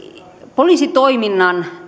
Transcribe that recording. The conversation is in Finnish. poliisitoiminnan